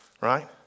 Right